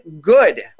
Good